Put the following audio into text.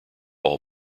all